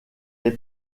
les